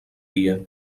dia